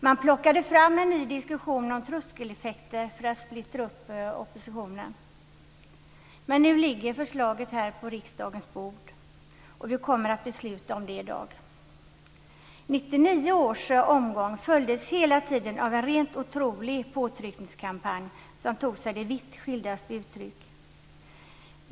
Man tog upp en ny diskussion om tröskeleffekter för att splittra oppositionen. Men nu ligger förslaget på riksdagens bord, och vi kommer att besluta om det i dag. 1999 års omgång åtföljdes genomgående av en rent otrolig påtryckningskampanj, som tog sig de mest vitt skilda uttryck.